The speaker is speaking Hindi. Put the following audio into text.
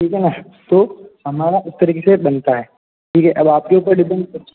ठीक है ना तो हमारा उस तरीके से बनता है ठीक है अब आपके ऊपर डिपेंड